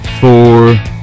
four